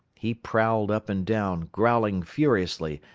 he prowled up and down, growling furiously,